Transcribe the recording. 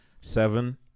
seven